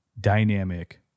dynamic